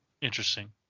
Interesting